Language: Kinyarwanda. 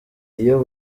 iyo